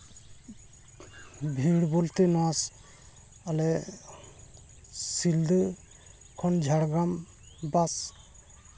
ᱵᱷᱤᱲ ᱵᱚᱞᱛᱮ ᱱᱚᱣᱟ ᱟᱞᱮ ᱥᱤᱞᱫᱟᱹ ᱠᱷᱚᱱ ᱡᱷᱟᱲᱜᱨᱟᱢ ᱵᱟᱥ